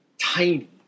tiny